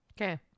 Okay